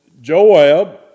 Joab